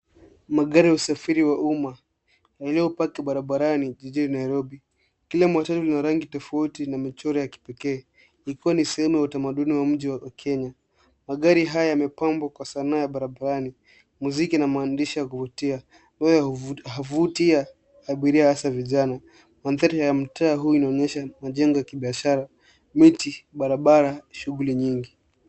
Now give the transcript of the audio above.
Magari ya usafiri wa umma, yaliopaki barabarani jijini Nairobi. Kila matatu lina rangi tofauti na michoro ya kipekee, ikiwa ni sehemu ya utamaduni wa mji wa Kenya. Magari haya yamepambwa kwa sanaa ya barabarani, mziki na maandishi yakuvutia. Huvutia abiria hasa vijana. Madhari ya mtaa huu yanaonyesha majengo ya kibiashara, miti, barabara shughuli nyingi.